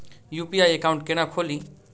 UPI account केना खोलि?